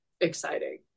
exciting